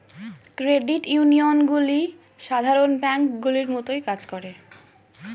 credit ইউনিয়নগুলি সাধারণ ব্যাঙ্কগুলির মতোই কাজ করে